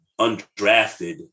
undrafted